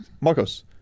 Marcos